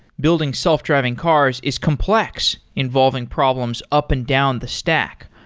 building self-driving cars is complex, involving problems up and down the stack,